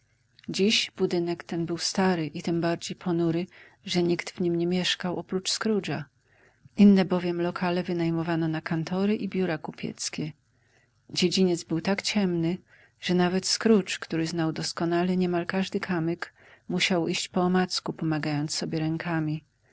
dziś budynek ten był stary i tembardziej ponury że nikt w nim nie mieszkał oprócz scroogea inne bowiem lokale wynajmowano na kantory i biura kupieckie dziedziniec był tak ciemny że nawet scrooge który znał doskonale niemal każdy kamyk musiał iść po omacku pomagając sobie rękami